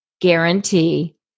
guarantee